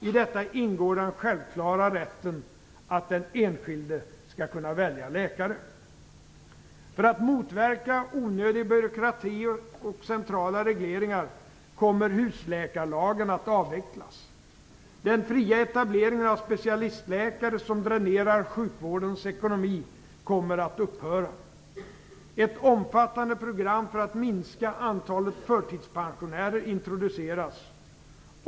I detta ingår den självklara rätten att den enskilde skall kunna välja läkare. För att motverka onödig byråkrati och centrala regleringar kommer husläkarlagen att avvecklas. Den fria etableringen av specialistläkare, som dränerar sjukvårdens ekonomi, kommer att upphöra. Ett omfattande program för att minska antalet förtidspensionärer introduceras.